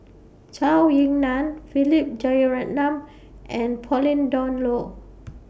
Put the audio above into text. Zhou Ying NAN Philip Jeyaretnam and Pauline Dawn Loh